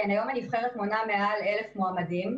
כן, היום הנבחרת מונה מעל 1,000 מועמדים.